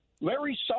larry